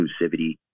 inclusivity